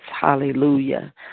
Hallelujah